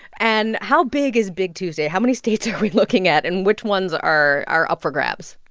and how big is big tuesday? how many states are we looking at? and which ones are are up for grabs?